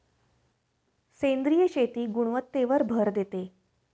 सेंद्रिय शेती गुणवत्तेवर भर देते